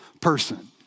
person